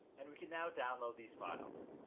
and we can now download these files.